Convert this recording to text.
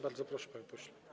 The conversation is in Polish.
Bardzo proszę, panie pośle.